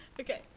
okay